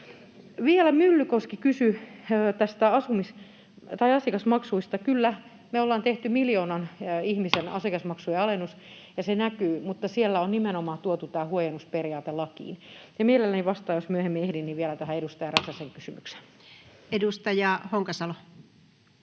Vielä Myllykoski kysyi asiakasmaksuista. Kyllä, me ollaan tehty miljoonan ihmisen asiakasmaksujen alennus, ja se näkyy, mutta siellä on nimenomaan tuotu tämä huojennusperiaate lakiin. Ja mielelläni vastaan, jos myöhemmin ehdin, vielä tähän edustaja Räsäsen kysymykseen. Edustaja Honkasalo.